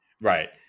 Right